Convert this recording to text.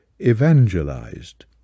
evangelized